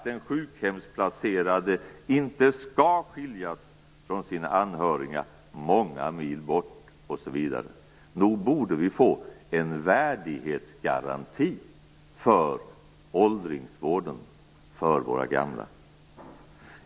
Den sjukhemsplacerade skall inte skiljas från sina anhöriga många mil bort osv. Nog borde vi få en värdighetsgaranti för åldringsvården för våra gamla?